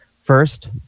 First